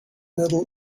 metal